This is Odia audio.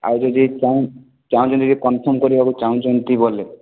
ଆଉ ଯଦି ଚାହୁଁ ଚାହୁଁଛନ୍ତି ଯେ କନ୍ଫର୍ମ୍ କରିବାକୁ ଚାହୁଁଛନ୍ତି ବୋଲେ